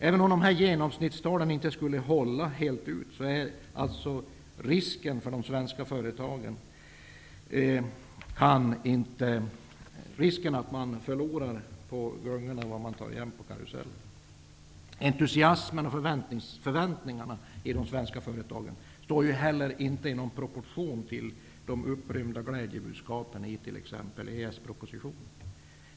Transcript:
Även om dessa genomsnittstal inte skulle hålla fullt ut, finns risken att de svenska företagen inte kan ta igen på gungorna vad de förlorar på karusellen. Entusiasmen och framtidsförväntningarna i de svenska företagen står ju heller alls inte i proportion till de upprymda glädjebudskapen i t.ex EES-propositionen.